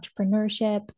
entrepreneurship